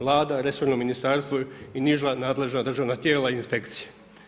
Vlada, resorno ministarstvo i niža nadležna državna tijela i inspekcija.